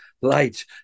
light